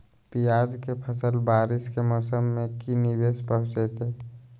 प्याज के फसल बारिस के मौसम में की निवेस पहुचैताई?